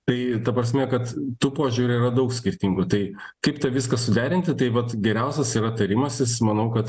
tai ta prasme kad tų požiūrių yra daug skirtingų tai kaip tą viską suderinti tai vat geriausias yra tarimasis manau kad